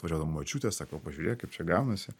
atvažiuodavo močiutė sako pažiūrėk kaip čia gaunasi